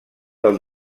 del